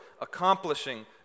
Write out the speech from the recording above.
accomplishing